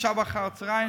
עכשיו ואחר הצהריים,